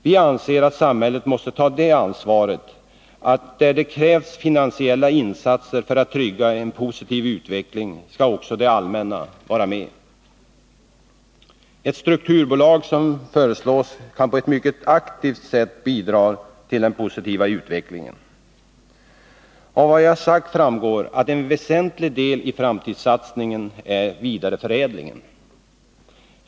Vi anser att samhället måste ta det ansvaret att där det krävs finansiella insatser för att trygga en positiv utveckling skall också det allmänna vara med. Ett strukturbolag av den typ som föreslås kan på ett mycket aktivt sätt bidra till den positiva utvecklingen. Av vad jag har sagt framgår att en väsentlig del i framtidssatsningen är vidareförädlingen.